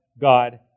God